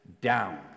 down